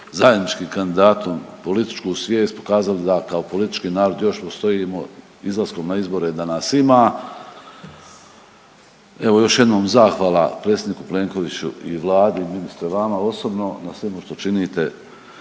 zajedničkim kandidatom političku svijest, ukazali da kao politički narod još postojimo, izlaskom na izbore, da nas ima, evo još jednom zahvala predsjedniku Plenkoviću i Vladi, ministre, vama osobno na svemu što činite